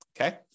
okay